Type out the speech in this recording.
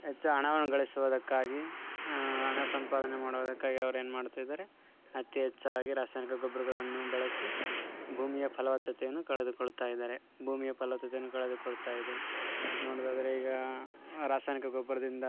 ಹೆಚ್ಚು ಹಣವನ್ನು ಗಳಿಸೋದಕ್ಕಾಗಿ ಹಣ ಸಂಪಾದನೆ ಮಾಡೋದಕ್ಕಾಗಿ ಅವರು ಏನ್ಮಾಡ್ತಿದ್ದಾರೆ ಅತಿ ಹೆಚ್ಚಾಗಿ ರಾಸಾಯನಿಕ ಗೊಬ್ಬರಗಳನ್ನು ಬಳಸಿ ಭೂಮಿಯ ಫಲವತತ್ತೆಯನ್ನು ಕಳೆದು ಕೊಳ್ತಾಯಿದ್ದಾರೆ ಭೂಮಿಯು ಫಲವತ್ತತೆಯನ್ನು ಕಳೆದು ಕೊಳ್ತಾಯಿದೆ ನೋಡೋದಾದ್ರೆ ಈಗ ರಾಸಾಯನಿಕ ಗೊಬ್ಬರದಿಂದ